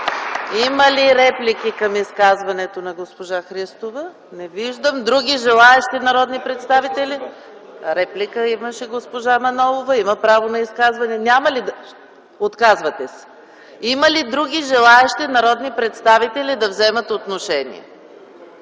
Има ли реплики към изказването на госпожа Христова? Не виждам. Други желаещи народни представители? Госпожа Манолова имаше реплика, има право на изказване. – Отказвате се. Има ли други желаещи народни представители да вземат отношение?